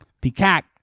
Peacock